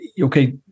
okay